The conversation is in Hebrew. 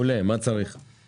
מה צריך כדי שתצליחו?